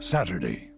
Saturday